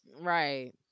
Right